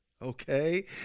Okay